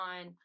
on